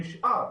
נשאר,